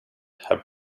have